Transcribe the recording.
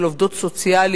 של עובדים סוציאליים,